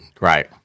Right